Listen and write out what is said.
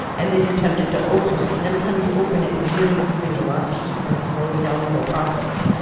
and then you're tempted to open it, and every time you open it you're losing a lot of heat and slowing down the whole process.